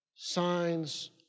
signs